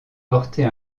porter